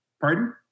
Pardon